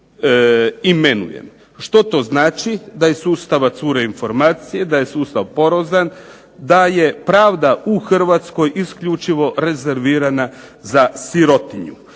Što to znači, da iz sustava cure informacije, da je sustav porozan, da je pravda u Hrvatskoj isključivo rezervirana za sirotinju.